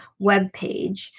webpage